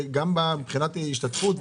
גם מבחינת השתתפות?